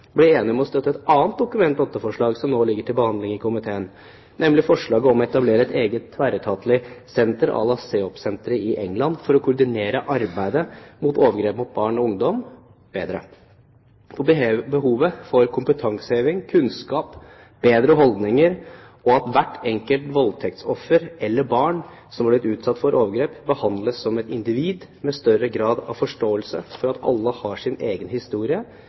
blir enige om å støtte et annet Dokument nr. 8-forslag som nå ligger til behandling i komiteen, nemlig forslaget om å etablere et eget tverretatlig senter à la CEOP-senteret i England, for å koordinere arbeidet mot overgrep mot barn og ungdom bedre. Det er behov for kompetanseheving, kunnskap, bedre holdninger og at hvert enkelt voldtektsoffer eller barn som har blitt utsatt for overgrep, behandles som et individ med større grad av forståelse for at alle har sin egen historie,